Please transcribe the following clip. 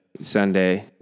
Sunday